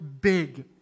big